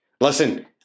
Listen